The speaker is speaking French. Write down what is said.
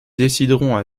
décideront